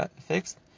fixed